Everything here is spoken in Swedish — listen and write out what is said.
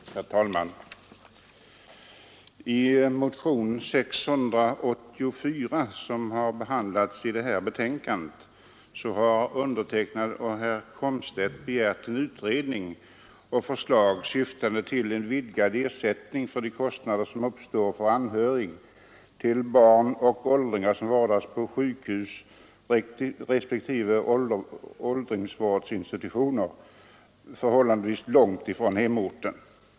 Herr talman! I motionen 684, som behandlas i detta betänkande, har jag och herr Komstedt begärt utredning och förslag syftande till vidgad ersättning för de kostnader som uppstår vid besök hos såväl anhöriga barn som åldringar vilka vårdas på sjukhus respektive åldringsvårdsinstitutioner förhållandevis långt från hemorten.